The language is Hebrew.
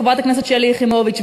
חברת הכנסת שלי יחימוביץ,